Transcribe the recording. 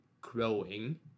growing